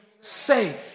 say